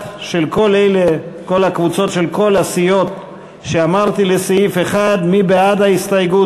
ותמר זנדברג, קבוצת סיעת מרצ; יעקב ליצמן,